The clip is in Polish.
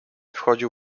wchodził